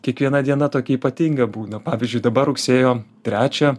kiekviena diena tokia ypatinga būna pavyzdžiui dabar rugsėjo trečią